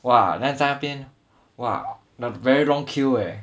!wah! then 在那边 !wah! the very long queue leh